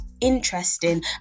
interesting